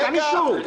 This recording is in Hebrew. ניתן אישור.